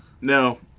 No